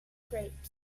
grapes